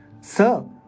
Sir